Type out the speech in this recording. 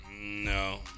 No